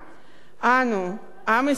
עם ישראל במולדתו,